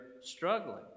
struggling